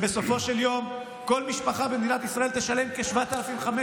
בסופו של יום כל משפחה במדינת ישראל תשלם כ-7,500